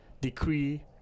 decree